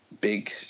big